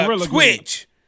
Switch